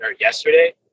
yesterday